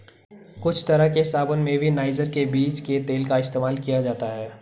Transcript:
कुछ तरह के साबून में भी नाइजर के बीज के तेल का इस्तेमाल किया जाता है